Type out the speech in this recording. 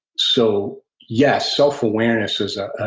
so yes, self awareness is a